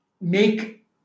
Make